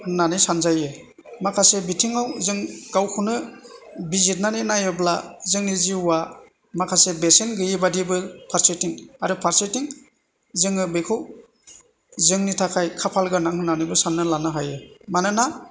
होननानै सानजायो माखासे बिथिङाव जों गावखौनो बिजिरनानै नायोब्ला जोंनि जिउआ माखासे बेसेन गोयै बादिबो फारसेथिं आरो फारसेथिं जोङो बेखौ जोंनि थाखाय खाफाल गोनां होननानैबो सानना लानो हायो मानोना